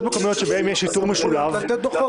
מקומיות שבהן יש שיטור משולב --- לתת דוחות.